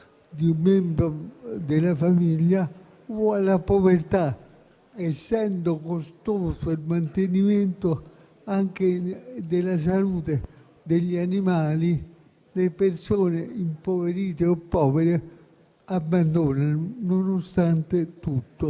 di un membro della famiglia o alla povertà: essendo costoso il mantenimento anche della salute degli animali, le persone impoverite o povere li abbandonano nonostante tutto.